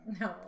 No